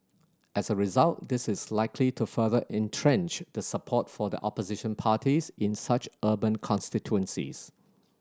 as a result this is likely to further entrench the support for the opposition parties in such urban constituencies